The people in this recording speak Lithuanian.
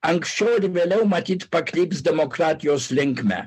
anksčiau ar vėliau matyt pakryps demokratijos linkme